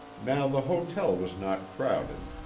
now the hotel was not crowded,